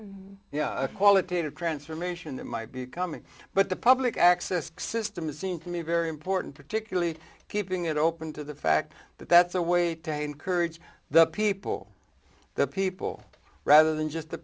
a qualitative transformation that might be coming but the public access system it seems to me very important particularly keeping it open to the fact that that's a way to encourage the people the people rather than just the